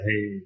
hey